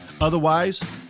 Otherwise